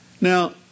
Now